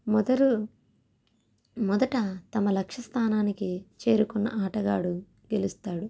మొదరు మొదట తమ లక్ష్యస్థానానికి చేరుకున్న ఆటగాడు గెలుస్తాడు